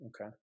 Okay